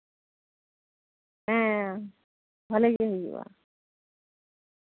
ᱦᱮᱸ ᱵᱷᱟᱹᱞᱤᱜᱮ ᱦᱩᱭᱩᱜᱼᱟ